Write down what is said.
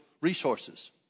resources